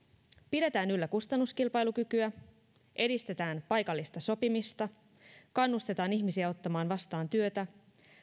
pidetään yllä kustannuskilpailukykyä edistetään paikallista sopimista kannustetaan ihmisiä ottamaan vastaan työtä